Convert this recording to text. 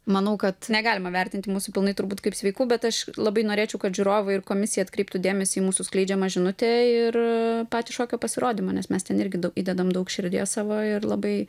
manau kad negalima vertinti mūsų pilnai turbūt kaip sveikų bet aš labai norėčiau kad žiūrovai ir komisija atkreiptų dėmesį į mūsų skleidžiamą žinutę ir patį šokio pasirodymą nes mes ten irgi daug įdedam daug širdies savo ir labai